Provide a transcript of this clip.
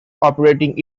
operating